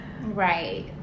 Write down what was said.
right